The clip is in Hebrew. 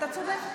אתה צודק.